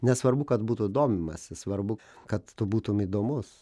nesvarbu kad būtų domimasi svarbu kad tu būtum įdomus